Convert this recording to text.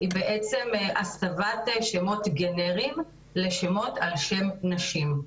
היא בעצם הסבת שמות גנריים לשמות על שם נשים.